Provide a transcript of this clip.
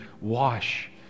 wash